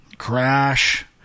crash